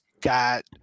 got